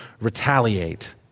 retaliate